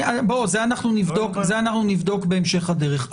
את זה אנחנו נבדוק בהמשך הדרך.